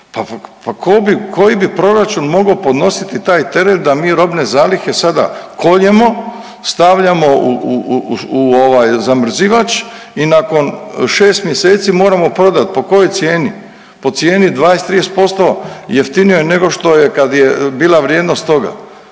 bi, koji bi proračun mogao podnositi taj teret da mi robne zalihe sada koljemo, stavljamo u ovaj zamrzivač i nakon 6 mjeseci moramo prodat, po kojoj cijeni, po cijeni 20-30% jeftinijoj nego što je kad je bila vrijednost toga.